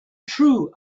true